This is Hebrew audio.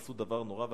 עשו דבר נורא ואיום,